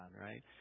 right